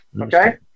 Okay